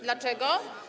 Dlaczego?